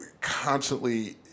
constantly